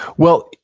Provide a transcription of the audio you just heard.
well,